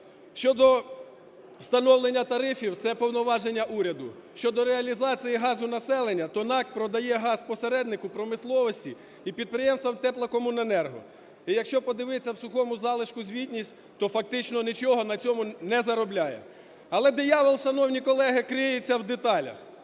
Щодо встановлення тарифів – це повноваження уряду. Щодо реалізації газу населенню, то НАК продає газ посереднику, промисловості і підприємствам теплокомуненерго. І, якщо подивитися в сухому залишку звітність, то фактично нічого на цьому не заробляє. Але диявол, шановні колеги, криється в деталях: